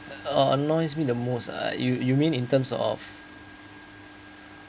uh annoys me the most uh you you mean in terms of